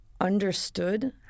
understood